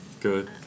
Good